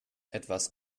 etwas